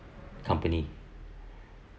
company